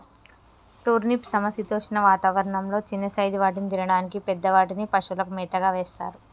turnip సమశీతోష్ణ వాతావరణం లొ చిన్న సైజ్ వాటిని తినడానికి, పెద్ద వాటిని పశువులకు మేతగా వేస్తారు